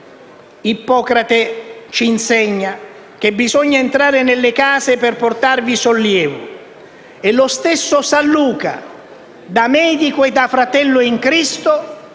Ippocrate ci insegna che bisogna entrare nelle case per portarvi sollievo e lo stesso San Luca, da medico e fratello in Cristo,